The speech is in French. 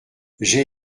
j’ai